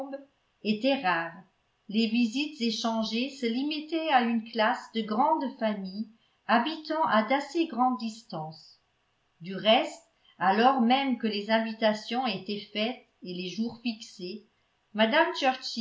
étaient rares les visites échangées se limitaient à une classe de grandes familles habitant à d'assez grandes distances du reste alors même que les invitations étaient faites et les jours fixés mme